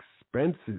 expenses